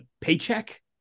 Paycheck